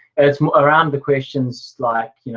it's around the questions like, you know